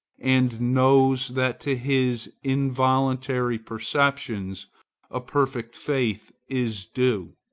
and knows that to his involuntary perceptions a perfect faith is due.